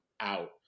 out